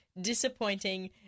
disappointing